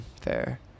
fair